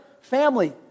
Family